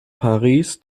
paris